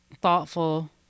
thoughtful